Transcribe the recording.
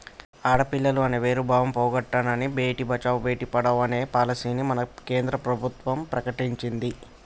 ఆడపిల్లలు అనే వేరు భావం పోగొట్టనని భేటీ బచావో బేటి పడావో అనే పాలసీని మన కేంద్ర ప్రభుత్వం ప్రకటించింది